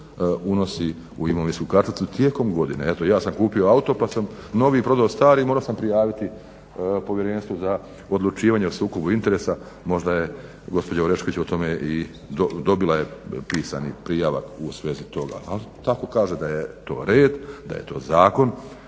unosi u imovinsku karticu tijekom godine. Eto ja sam kupio auto novi, prodao stari i morao sam prijaviti Povjerenstvu za odlučivanje o sukobu interesa. Možda je gospođa Orešković o tome i dobila je pisani prijavak u svezi toga. Tako kaže da je to red, da je to Zakon